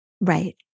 Right